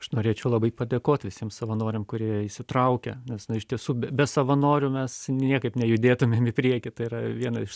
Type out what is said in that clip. aš norėčiau labai padėkot visiem savanoriam kurie įsitraukia nes na iš tiesų be be savanorių mes niekaip nejudėtumėm į priekį tai yra viena iš